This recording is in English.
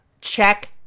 check